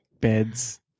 beds